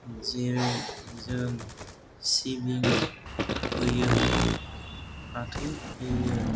जेरै जों सिबिं फोयो फाथो फोयो